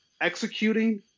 executing